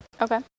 Okay